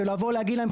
ולבוא להגיד להם,